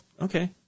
Okay